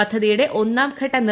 പദ്ധതിയുടെ ഒന്നാംഘട്ട കെ